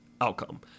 outcome